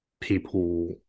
people